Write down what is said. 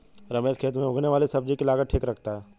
रमेश खेत में उगने वाली सब्जी की लागत ठीक रखता है